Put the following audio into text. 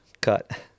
Cut